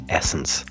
essence